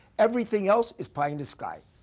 everything else is pie in the sky.